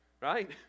right